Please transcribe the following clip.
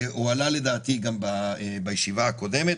זה הועלה לדעתי גם בישיבה הקודמת,